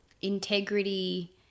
integrity